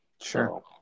Sure